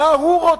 מה הוא רוצה?